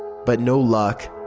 but no luck.